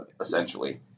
essentially